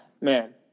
Man